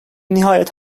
nihayet